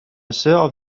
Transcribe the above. sœur